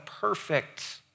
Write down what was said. perfect